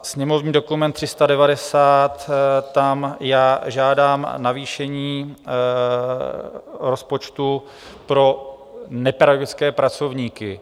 Sněmovní dokument 390, tam žádám navýšení rozpočtu pro nepedagogické pracovníky.